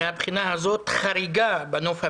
מהבחינה הזאת, חריגה בנוף הבין-לאומי,